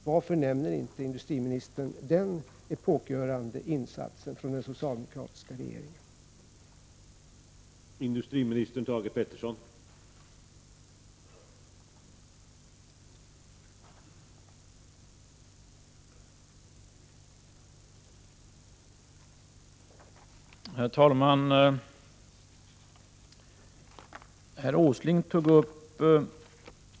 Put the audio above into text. Varför nämner inte industriministern denna epokgörande insats från den socialdemokratiska regeringens sida?